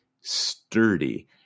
sturdy